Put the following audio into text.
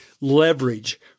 leverage